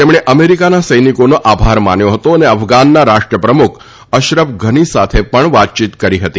તેમણે અમેરીકાના સૈનિકોનો આભાર માન્યો હતો અને અફઘાનના રાષ્ટ્ર પ્રમુખ અશરફ ઘની સાથે પણ વાતયીત કરી હતી